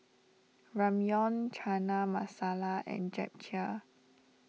Ramyeon Chana Masala and Japchae